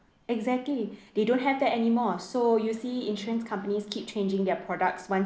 exactly they don't have that anymore so you see insurance companies keep changing their products once